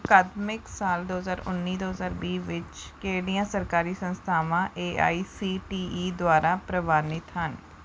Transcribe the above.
ਅਕਾਦਮਿਕ ਸਾਲ ਦੋ ਹਜ਼ਾਰ ਉੱਨੀ ਦੋ ਹਜ਼ਾਰ ਵੀਹ ਵਿੱਚ ਕਿਹੜੀਆਂ ਸਰਕਾਰੀ ਸੰਸਥਾਵਾਂ A I C T E ਦੁਆਰਾ ਪ੍ਰਵਾਨਿਤ ਹਨ